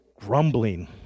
grumbling